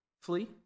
flee